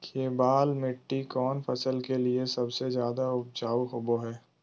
केबाल मिट्टी कौन फसल के लिए सबसे ज्यादा उपजाऊ होबो हय?